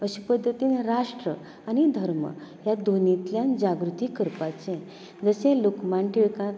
अशे पद्दतीन राष्ट्र आनी धर्म ह्या दोनिंतल्यान जागृती करपाचें जशें लोकमान्य टिळकान